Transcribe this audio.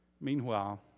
Meanwhile